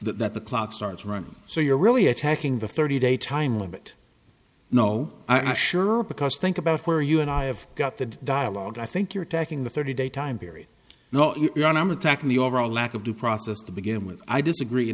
the that the clock starts running so you're really attacking the thirty day time limit no i sure because think about where you and i have got that dialogue i think you're attacking the thirty day time period now you're on i'm attacking the overall lack of due process to begin with i disagree